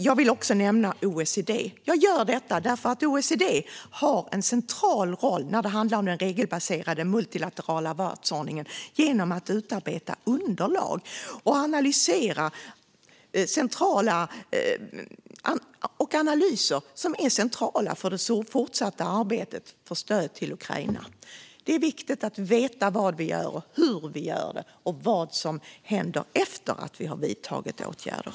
Jag vill också nämna OECD, eftersom OECD har en central roll i den regelbaserade multilaterala världsordningen genom att utarbeta underlag och analyser som är centrala för det fortsatta arbetet med stöd till Ukraina. Det är viktigt att veta vad vi gör, hur vi gör det och vad som händer efter att vi har vidtagit åtgärder.